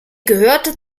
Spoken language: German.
gehörte